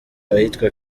ahitwa